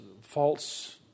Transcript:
false